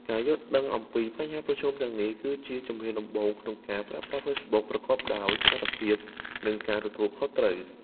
ការយល់ដឹងអំពីបញ្ហាប្រឈមទាំងនេះ គឺជាជំហានដំបូងក្នុងការប្រើប្រាស់ Facebook ប្រកបដោយសុវត្ថិភាព និងការទទួលខុសត្រូវ។